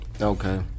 Okay